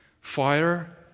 fire